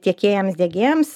tiekėjams diegėjams